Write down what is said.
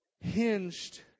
hinged